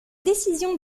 décision